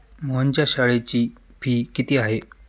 मोहनच्या शाळेची फी किती आहे?